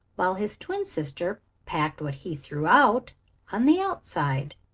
while his twin sister packed what he threw out on the outside,